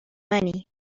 منی